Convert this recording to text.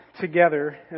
together